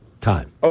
time